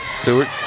Stewart